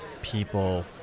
people